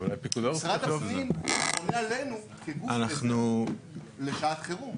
משרד הפנים בונה עלינו כגוף לשעת חירום.